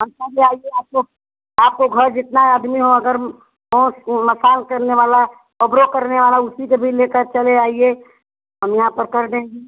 आप पहले आइए आपको आपको घर जितना आदमी हो अगर रोज मसाज करने वाला ओबरो करने वाला उसी को भी ले कर चले आइए हम यहाँ पर कर देंगे